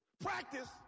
Practice